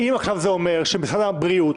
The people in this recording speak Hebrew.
האם עכשיו זה אומר שמשרד הבריאות,